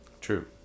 True